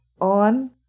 on